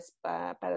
para